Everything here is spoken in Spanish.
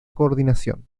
coordinación